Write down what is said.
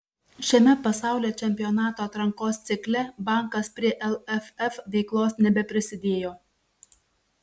šiame pasaulio čempionato atrankos cikle bankas prie lff veiklos nebeprisidėjo